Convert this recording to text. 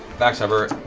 vax however,